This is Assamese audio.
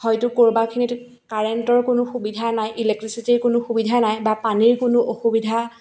হয়তো ক'ৰবাখিনিত কাৰেণ্টৰ কোনো সুবিধা নাই ইলেক্ট্ৰিচিটিৰ কোনো সুবিধা নাই বা পানীৰ কোনো অসুবিধা